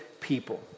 people